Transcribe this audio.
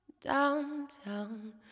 downtown